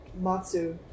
Matsu